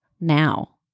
now